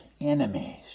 enemies